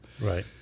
Right